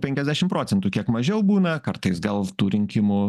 penkiasdešim procentų kiek mažiau būna kartais gal tų rinkimų